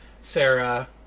Sarah